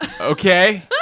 Okay